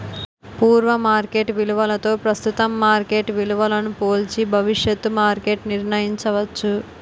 పూర్వ మార్కెట్ విలువతో ప్రస్తుతం మార్కెట్ విలువను పోల్చి భవిష్యత్తు మార్కెట్ నిర్ణయించవచ్చు